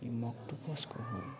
मक्टु कसको हो